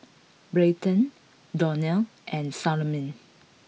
Bryton Donal and Salome